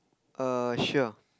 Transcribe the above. err sure